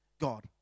God